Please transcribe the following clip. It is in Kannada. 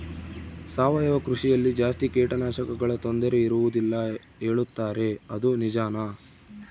ಸಾವಯವ ಕೃಷಿಯಲ್ಲಿ ಜಾಸ್ತಿ ಕೇಟನಾಶಕಗಳ ತೊಂದರೆ ಇರುವದಿಲ್ಲ ಹೇಳುತ್ತಾರೆ ಅದು ನಿಜಾನಾ?